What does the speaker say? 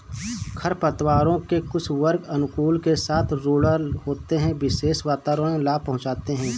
खरपतवारों के कुछ वर्ग अनुकूलन के साथ रूडरल होते है, विशेष वातावरणों में लाभ पहुंचाते हैं